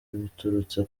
biturutse